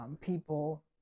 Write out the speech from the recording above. People